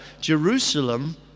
Jerusalem